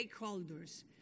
stakeholders